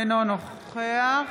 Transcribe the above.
אינו נוכח